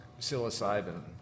psilocybin